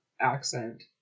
accent